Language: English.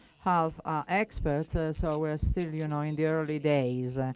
half are experts, so we're still you know in the early days. and